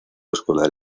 escolar